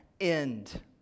end